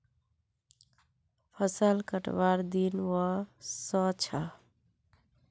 फसल कटवार दिन व स छ